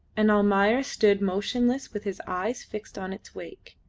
and almayer stood motionless with his eyes fixed on its wake.